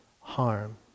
harm